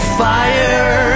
fire